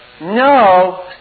no